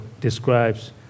describes